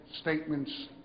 statements